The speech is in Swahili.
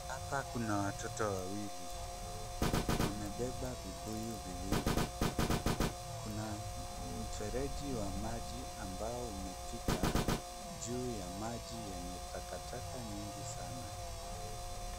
Hapa kuna watoto wawili. Wamebeba vibuyu viwili. Kuna mfereji wa maji ambao umepita juu ya maji yenye takataka nyingi sana.